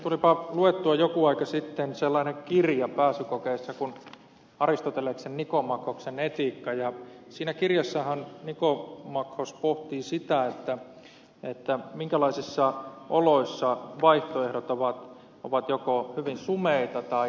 tulipa luettua joku aika sitten sellainen kirja pääsykokeeseen kuin aristoteleksen nikomakhoksen etiikka ja siinä kirjassahan nikomakhos pohtii sitä minkälaisissa oloissa vaihtoehdot ovat joko hyvin sumeita tai kauheita